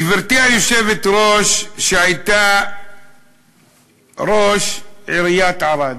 גברתי היושבת-ראש, שהייתה ראשת עיריית ערד.